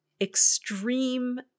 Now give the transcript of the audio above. extreme